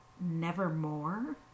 Nevermore